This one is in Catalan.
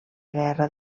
guerra